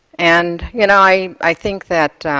and yeah and i i think that